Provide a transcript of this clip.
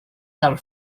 del